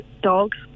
dogs